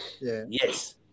yes